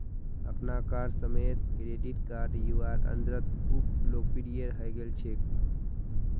अखनाकार समयेत credit card युवार अंदरत खूब लोकप्रिये हई गेल छेक